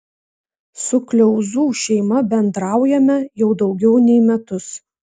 su kliauzų šeima bendraujame jau daugiau nei metus